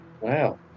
Wow